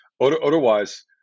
otherwise